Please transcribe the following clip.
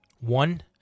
One